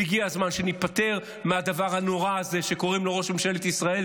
והגיע הזמן שניפטר מהדבר הנורא הזה שקוראים לו ראש ממשלת ישראל,